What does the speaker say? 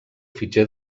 fitxer